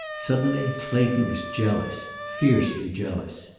suddenly clayton was jealous, fiercely jealous.